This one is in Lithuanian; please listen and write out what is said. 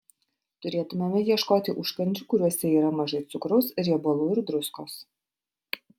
turėtumėme ieškoti užkandžių kuriuose yra mažai cukraus riebalų ir druskos